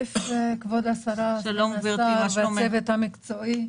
כבוד השרה והצוות המקצועי,